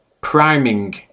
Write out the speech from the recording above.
priming